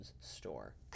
Store